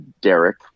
Derek